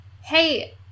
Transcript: hey